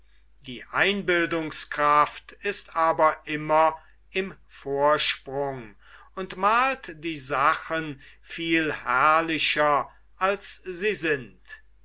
die einbildungskraft ist aber immer im vorsprung und malt die sachen viel herrlicher als sie sind